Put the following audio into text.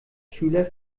schüler